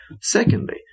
Secondly